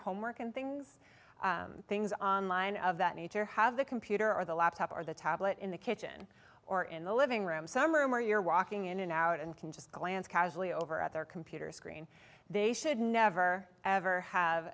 homework and things things on line of that nature have the computer or the laptop or the tablet in the kitchen or in the living room some room where you're walking in and out and can just glance casually over at their computer screen they should never ever have